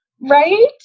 Right